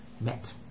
met